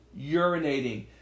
urinating